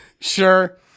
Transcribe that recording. Sure